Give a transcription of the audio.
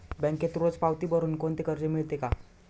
बँकेत रोज पावती भरुन कोणते कर्ज मिळते का?